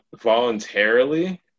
Voluntarily